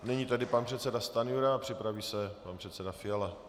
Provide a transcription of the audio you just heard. A nyní tedy pan předseda Stanjura a připraví se pan předseda Fiala.